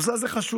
הנושא הזה חשוב.